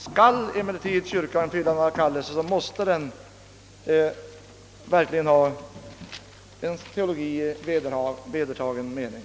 Skall emellertid kyrkan fylla denna kallelse måste den verkligen ha en teologi i vedertagen mening.